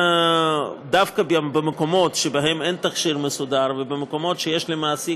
דווקא במקומות שבהם אין תקשי"ר מסודר ובמקומות שיש למעסיק